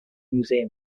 museum